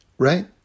right